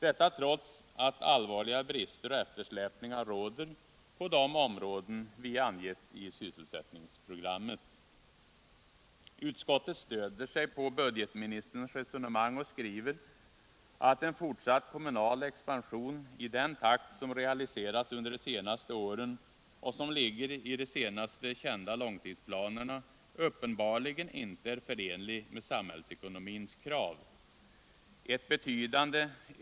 Detta uttalar utskottet trots att allvarliga brister och eftersläpningar råder på de områden vi angett i sysselsättningsprogrammet. Utskottet återger och stöder sig på budgetministerns resonemang ”att en fortsatt kommunal expansion i den takt som realiserats under de senaste åren och som ligger i de senaste kända långtidsplanerna uppenbarligen inte är förenlig med samhällsekonomins krav.